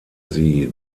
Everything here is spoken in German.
sie